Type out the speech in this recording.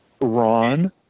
Ron